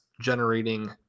generating